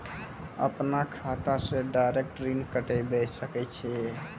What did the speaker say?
अपन खाता से डायरेक्ट ऋण कटबे सके छियै?